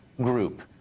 group